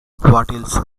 what